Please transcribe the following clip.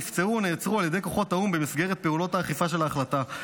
נפצעו או נעצרו על ידי כוחות האו"ם במסגרת פעולות האכיפה לפי ההחלטה,